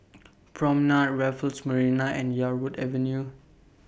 Promenade Raffles Marina and Yarwood Avenue